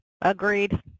agreed